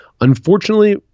Unfortunately